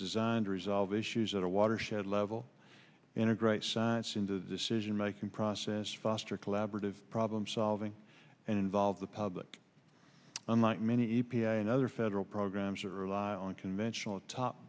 designed to resolve issues at a watershed level integrate science into the decision making process foster collaborative problem solving and involve the public unlike many e p a and other federal programs that rely on conventional top